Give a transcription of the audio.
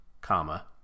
comma